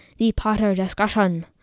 thepotterdiscussion